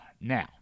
Now